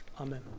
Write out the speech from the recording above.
Amen